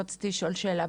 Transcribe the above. רציתי לשאול שאלה.